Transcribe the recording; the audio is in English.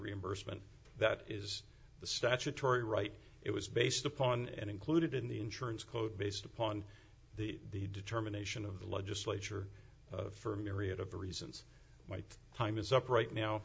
reimbursement that is the statutory right it was based upon and included in the insurance code based upon the determination of the legislature for a myriad of reasons why time is up right now